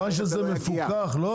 אבל מכיוון שזה מפוקח, אם